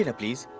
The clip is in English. you know please